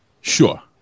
Sure